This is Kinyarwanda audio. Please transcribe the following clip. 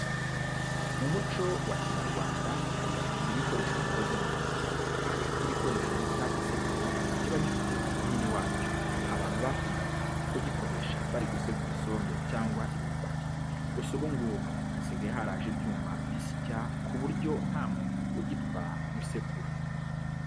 Mu muco wa Kinyarwanda dukunda kugira ibikoresho bikoze mu biti. Hari nk'igikoresho bita isekuru kiba gifite n'umuhini wacyo, abantu bakundaga kugikoresha bari gusekura isombe cyangwa imyumbati, gusa ubu ngubu hasigaye haraje ibyuma bishya ku buryo nta muntu ugipfa gusekura.